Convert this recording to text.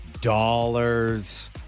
dollars